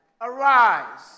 Arise